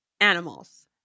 animals